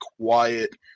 quiet